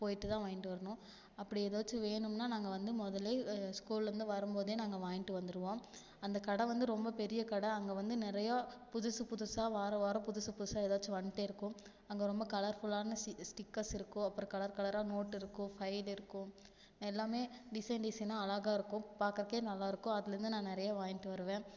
போயிட்டு தான் வாங்யின்டு வரணும் அப்படி எதாச்சு வேணும்னா நாங்கள் வந்து முதல்லே ஸ்கூல்லேருந்து வரும் போது நாங்கள் வாங்கிட்டு வந்துருவோம் அந்த கடை வந்து ரொம்ப பெரிய கடை அங்கே வந்து நிறையா புதுசுபுதுசாக வாரம் வாரம் புதுசுபுதுசாக ஏதாச்சும் வந்துட்டேருக்கும் அங்கே ரொம்ப கலர்ஃபுல்லான ஸ் ஸ்டிக்கர்ஸ் இருக்கும் அப்புறோம் கலர்கலராக நோட்டுருக்கும் ஃபைலுருக்கும் எல்லாம் டிசைன் டிசைனாக அழகாயிருக்கும் பார்க்குறக்கே நல்லாயிருக்கும் அதுலேருந்து நான் நிறையா வாங்கிட்டு வருவேன்